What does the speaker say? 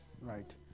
Right